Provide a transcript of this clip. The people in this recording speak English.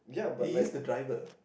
he is the driver